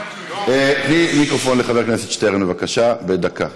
תני מיקרופון לחבר הכנסת שטרן, בבקשה, בדקה.